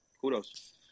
kudos